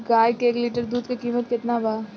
गाय के एक लीटर दुध के कीमत केतना बा?